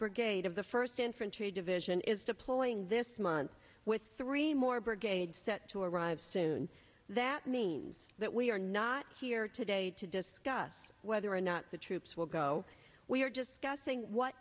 brigade of the first infantry division is deploying this month with three more brigade set to arrive soon that means that we are not here today to discuss whether or not the troops will go we are discussing what